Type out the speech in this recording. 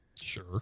Sure